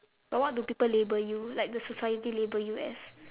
but what do people label you like the society label you as